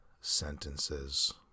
sentences